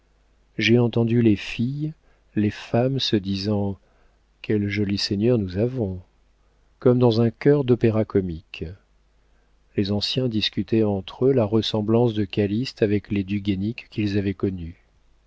j'ai entendu les filles les femmes se disant quel joli seigneur nous avons comme dans un chœur dopéra comique les anciens discutaient entre eux la ressemblance de calyste avec les du guénic qu'ils avaient connus